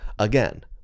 Again